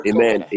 Amen